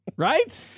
Right